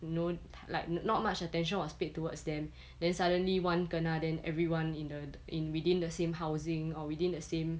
you know like not much attention was paid towards them then suddenly one kena then everyone in the in within the same housing or within the same